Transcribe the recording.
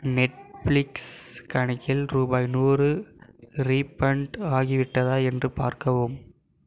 Netflix கணக்கில் ரூபாய் நூறு ரீஃபண்ட் ஆகிவிட்டதா என்று பார்க்கவும்